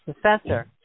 professor